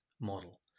model